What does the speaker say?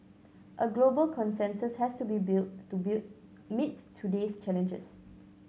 a global consensus has to be built to bulit meet today's challenges